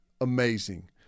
amazing